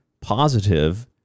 positive